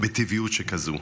בטבעיות שכזאת.